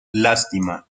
lástima